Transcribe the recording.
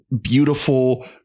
beautiful